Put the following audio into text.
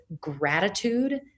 gratitude